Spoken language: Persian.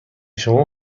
شما